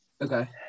Okay